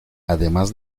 además